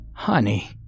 Honey